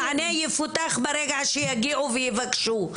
המענה יפותח ברגע שיגיעו ויבקשו.